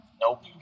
Nope